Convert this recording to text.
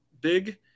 big